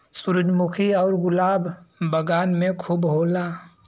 सूरजमुखी आउर गुलाब बगान में खूब होला